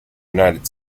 united